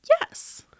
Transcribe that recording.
yes